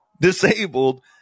disabled